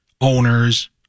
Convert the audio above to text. owners